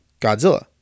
godzilla